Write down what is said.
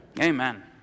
Amen